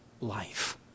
life